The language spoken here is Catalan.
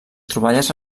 troballes